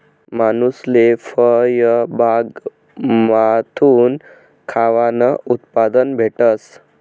मानूसले फयबागमाथून खावानं उत्पादन भेटस